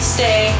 Stay